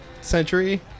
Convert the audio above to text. century